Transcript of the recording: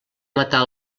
matar